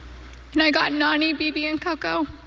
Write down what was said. and i got nani bibi in cocoa.